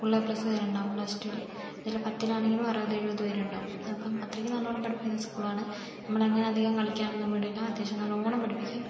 full A പ്ലസ്സുകാരുണ്ടാവും plus ടുവിൽ അതിൽ പത്തിലാണെങ്കിലും അറുപത് എഴുപത് പേരുണ്ടാവും അപ്പം അത്രയ്ക്ക് നല്ലവണ്ണം പഠിപ്പിക്കുന്ന ഒരു സ്കൂൾ ആണ് നമ്മളെ അങ്ങനെ അധികം കളിക്കാനൊന്നും വിടില്ല അത്യാവശ്യം നല്ലവണ്ണം പഠിപ്പിക്കും